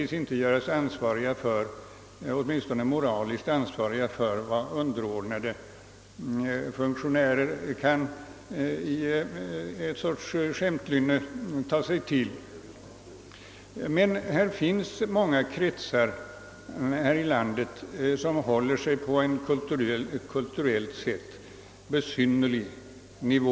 I många fall kan de inte göras moraliskt ansvariga för vad underordnade funktionärer i ett sorts makabert skämtlynne kan ta sig till. Det finns kretsar här i landet som håller sig på en kulturellt sett besynnerlig nivå.